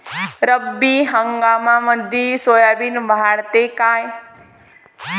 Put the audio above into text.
रब्बी हंगामामंदी सोयाबीन वाढते काय?